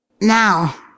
Now